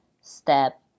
step